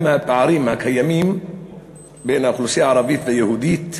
מהפערים הקיימים בין האוכלוסייה הערבית ליהודית,